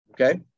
Okay